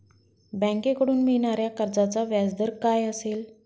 बँकेकडून मिळणाऱ्या कर्जाचा व्याजदर काय असेल?